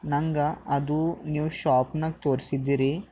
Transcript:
ನಂಗೆ ಅದು ನೀವು ಶಾಪ್ನಾಗ ತೋರಿಸಿದ್ದೀರಿ